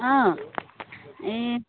অঁ এই